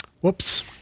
Whoops